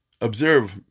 observe